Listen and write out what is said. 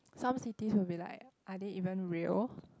some cities will be like are they even real